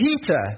Peter